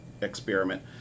experiment